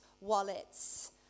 wallets